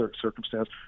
circumstance